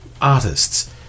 artists